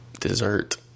dessert